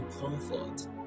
comfort